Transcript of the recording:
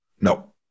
No